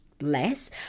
Less